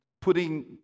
putting